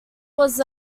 was